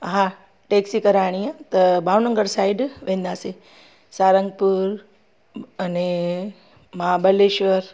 हा टेक्सी कराइणी त भावनगर साइड वेंदासीं सारंगपुर अने महाबलेश्वर